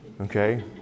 Okay